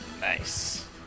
nice